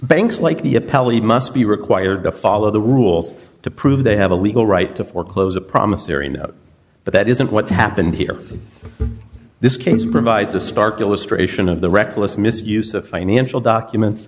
appellate must be required to follow the rules to prove they have a legal right to foreclose a promise during but that isn't what happened here this case provides a stark illustration of the reckless misuse of financial documents